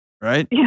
right